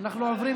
אז היא עוברת